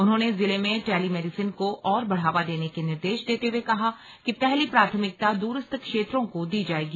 उन्होंने जिले में टेलीमेडिसिन को और बढ़ावा देने के निर्देश देते हुए कहा कि पहली प्राथमिकता दूरस्थ क्षेत्रों को दी जाएगी